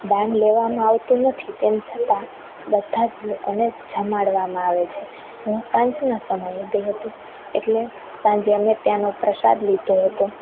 ત્યાં દાન લેવામાં આવતું નથી તેમ છતાં બધા જ લોકોને જમાડવામાં આવે છે હું સાંજના સમયે ગઈ હતી એટલે સાંજે અમે ત્યાંનો પ્રસાદ લીધો હતો